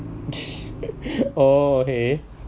oh okay